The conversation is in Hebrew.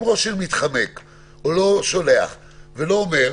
אם ראש עיר מתחמק או לא שולח ולא אומר,